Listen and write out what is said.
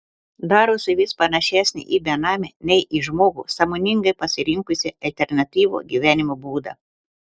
darosi vis panašesnė į benamę nei į žmogų sąmoningai pasirinkusį alternatyvų gyvenimo būdą